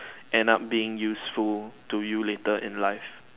end up being useful to you later in life